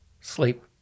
sleep